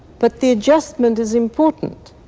but the adjustment is important,